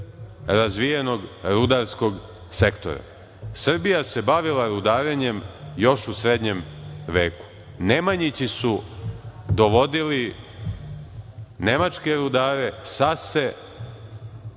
razvijenog rudarskog sektora. Srbija se bavila rudarenjem još u srednjem veku. Nemanjići su dovodili nemačke rudare, Sase,